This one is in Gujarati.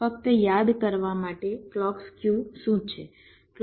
ફક્ત યાદ કરવા માટે ક્લૉક સ્ક્યુ શું છે